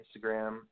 Instagram